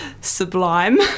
sublime